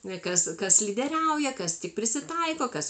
kas kas lyderiauja kas tik prisitaiko kas